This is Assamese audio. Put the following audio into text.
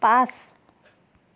পাঁচ